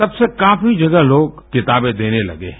तब से काफी जगह लोग किताबें देने लगे हैं